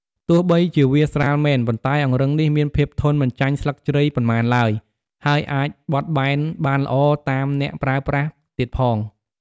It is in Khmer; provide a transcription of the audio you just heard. ទោះបីជាវាស្រាលមែន ប៉ុន្តែអង្រឹងនេះមានភាពធន់មិនចាញ់ស្លឹកជ្រៃប៉ុន្មានឡើយ ហើយអាចបត់បែនបានល្អតាមអ្នកប្រើប្រាស់ទៀតផង។